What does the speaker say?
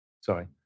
Sorry